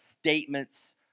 statements